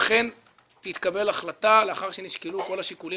ושאכן תתקבל החלטה לאחר שנשקלו כל השיקולים